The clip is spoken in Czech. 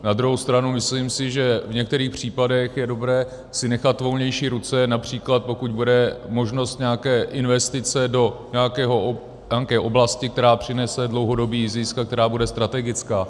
Na druhou stranu si myslím, že v některých případech je dobré si nechat volnější ruce, například pokud bude možnost nějaké investice do nějaké oblasti, která přinese dlouhodobý zisk a která bude strategická.